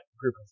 group